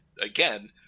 again